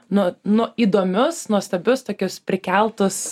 nu nu įdomius nuostabius tokius prikeltus